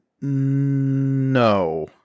No